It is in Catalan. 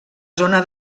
zona